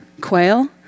quail